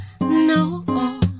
No